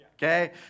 Okay